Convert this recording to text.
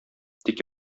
тик